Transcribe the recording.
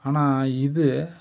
ஆனால் இது